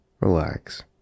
relax